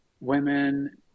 women